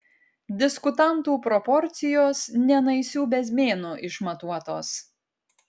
diskutantų proporcijos ne naisių bezmėnu išmatuotos